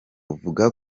vuga